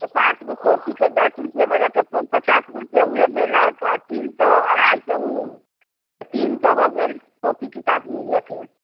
तऽ पाँचगो कॉपीके दश रुपआ वाला तऽ पचासगो रुपआ तऽ ओहे भेलक आओर तीन सए अढ़ाइ सए ओ तीन सए हो गेल कॉपी किताब मिलाके